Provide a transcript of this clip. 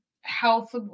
health